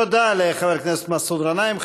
תודה לחבר הכנסת מסעוד גנאים.